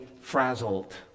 frazzled